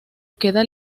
queda